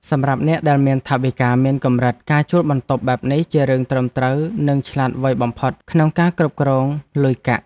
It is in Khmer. សម្រាប់អ្នកដែលមានថវិកាមានកម្រិតការជួលបន្ទប់បែបនេះជារឿងត្រឹមត្រូវនិងឆ្លាតវៃបំផុតក្នុងការគ្រប់គ្រងលុយកាក់។